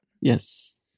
Yes